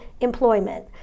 Employment